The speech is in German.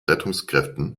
rettungskräften